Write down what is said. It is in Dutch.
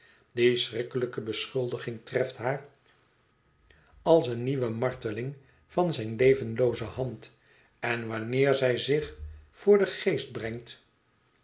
die schrikkelijke beschuldiging treft haar als eene nieuwe marteling van zijne levenlooze hand en wanneer zij zich voor den geest brengt